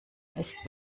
ist